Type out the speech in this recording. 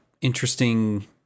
interesting